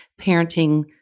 parenting